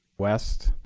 west.